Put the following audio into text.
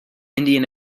indian